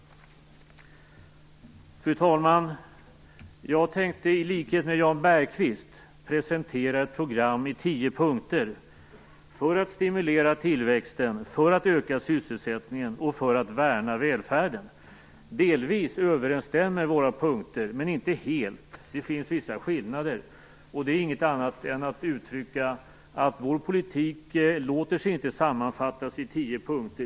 Fru talman! I likhet med Jan Bergqvist tänkte jag presentera ett program i tio punkter. Det handlar om att stimulera tillväxten, öka sysselsättningen och värna välfärden. Delvis överensstämmer våra punkter, men inte helt. Det finns vissa skillnader. Det handlar inte om något annat än om att uttrycka att vår politik inte låter sig sammanfattas i tio punkter.